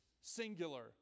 singular